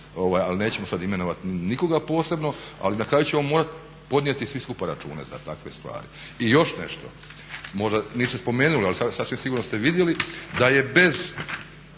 ali nećemo sada imenovati nikoga posebno ali na kraju ćemo morati podnijeti svi skupa račune za takve stvari. I još nešto, možda niste spomenuli ali sasvim sigurno ste vidjeli da je bez